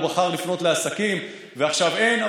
הוא בחר לפנות לעסקים ועכשיו אין,